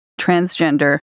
transgender